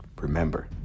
Remember